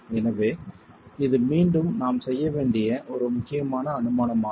எனவே இது மீண்டும் நாம் செய்யவேண்டிய ஒரு முக்கியமான அனுமானமாகும்